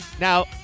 Now